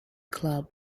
club